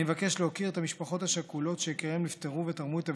אני מבקש להוקיר את המשפחות השכולות שיקיריהם נפטרו ותרמו את איבריהם,